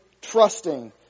trusting